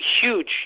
huge